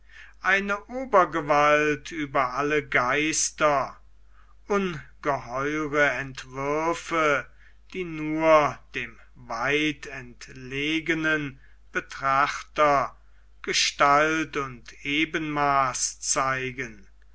eine obergewalt über alle geister ungeheure entwürfe die nur dem weit entlegenen betrachter gestalt und ebenmaß zeigen